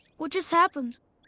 what just happened?